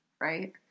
right